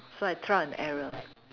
so I trial and error